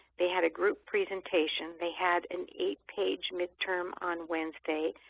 they had a group presentation. they had an eight-page midterm on wednesday,